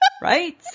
Right